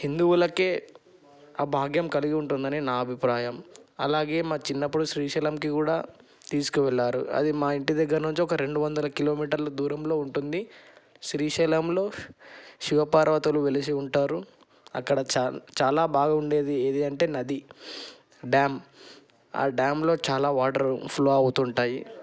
హిందువులకే ఆ భాగ్యం కలిగి ఉంటుందని నా అభిప్రాయం అలాగే మా చిన్నప్పుడు శ్రీశైలంకి కూడా తీసుకువెళ్ళారు అది మా ఇంటి దగ్గర నుంచి ఒక రెండు వందల కిలోమీటర్ల దూరంలో ఉంటుంది శ్రీశైలంలో శివపార్వతులు వెలిసి ఉంటారు అక్కడ చాలా బాగుండేది ఏది అంటే నది డ్యాం ఆ డ్యాంలో చాలా వాటర్ ఫ్లో అవుతూ ఉంటాయి